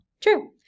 true